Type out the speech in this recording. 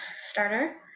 starter